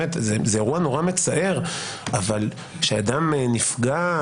זה אירוע נורא מצער שאדם נפגע,